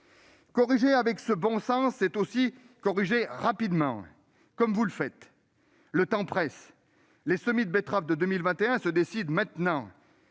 Corriger avec bon sens, c'est aussi corriger rapidement, comme vous le faites. Le temps presse : les semis de betterave de 2021 se décident maintenant.